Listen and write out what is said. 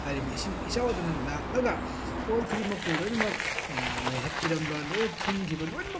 ꯍꯥꯏꯔꯤꯕ ꯏꯁꯤꯡ ꯏꯆꯥꯎ ꯑꯗꯨꯅ ꯂꯥꯛꯂꯒ ꯄꯣꯠ ꯈꯨꯗꯤꯡꯃꯛꯄꯨ ꯂꯣꯏꯅꯃꯛ ꯅꯩꯍꯠꯄꯤꯔꯝꯕ ꯂꯣꯏꯅ ꯊꯨꯝꯈꯤꯕ ꯂꯣꯏꯅꯃꯛ